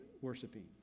worshiping